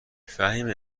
فهیمه